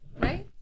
right